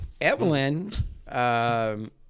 Evelyn